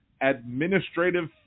administrative